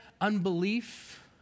unbelief